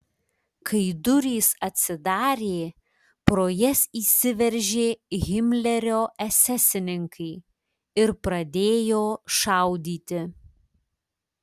kai durys atsidarė pro jas įsiveržė himlerio esesininkai ir pradėjo šaudyti